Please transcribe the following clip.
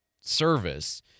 service